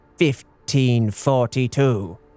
1542